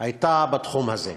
היה בתחום הזה.